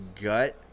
gut